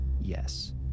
Yes